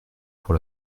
pour